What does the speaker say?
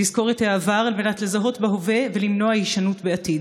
לזכור את העבר על מנת לזהות בהווה ולמנוע הישנות בעתיד.